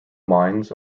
mines